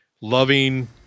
loving